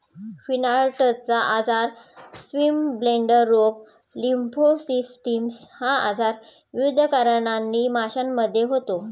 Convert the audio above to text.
फिनार्टचा आजार, स्विमब्लेडर रोग, लिम्फोसिस्टिस हा आजार विविध कारणांनी माशांमध्ये होतो